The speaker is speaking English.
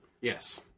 Yes